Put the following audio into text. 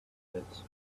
pits